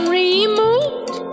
removed